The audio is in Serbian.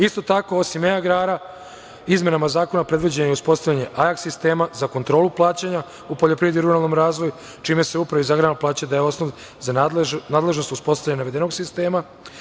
Isto tako osim e-agrara, izmenama zakona predviđeno je uspostavljanje IACS sistema za kontrolu plaćanja u poljoprivredi i ruralnom razvoju, čime se Upravi za agrarna plaćanja daje osnov za nadležnost uspostavljanja navedenog sistema.